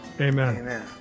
amen